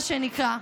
מה שנקרא,